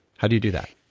how do you do that?